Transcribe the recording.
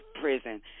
prison